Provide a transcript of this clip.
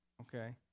okay